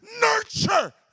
nurture